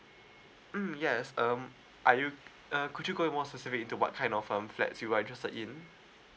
mm yes um are you uh could you go into more specific into what kind of um flats you are interested in